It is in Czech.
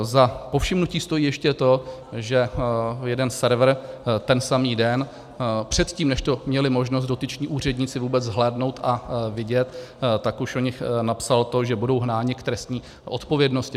Za povšimnutí stojí ještě to, že jeden server ten samý den předtím, než to měli možnost dotyční úředníci vůbec zhlédnout a vidět, už o nich napsal to, že budou hnáni k trestní odpovědnosti.